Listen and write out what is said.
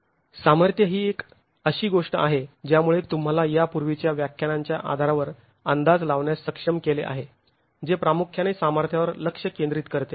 सामर्थ्य ही अशी एक गोष्ट आहे ज्यामुळे तुंम्हाला यापूर्वीच्या व्याख्यानांच्या आधारावर अंदाज लावण्यास सक्षम केले आहे जे प्रामुख्याने सामर्थ्यावर लक्ष केंद्रित करते